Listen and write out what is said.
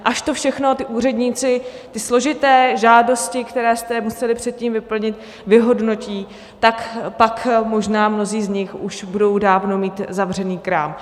Až to všechno ti úředníci, ty složité žádosti, které jste museli předtím vyplnit, vyhodnotí, tak pak možná mnozí z nich už budou dávno mít zavřený krám.